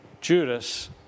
Judas